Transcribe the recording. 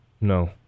No